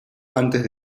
antes